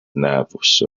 nervous